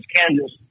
Kansas